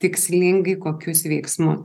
tikslingai kokius veiksmus